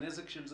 הנזק של זה,